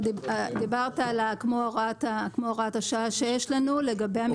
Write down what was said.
דיברת על כמו הוראת השעה שיש לנו לגבי המיזמים המשותפים.